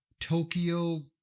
Tokyo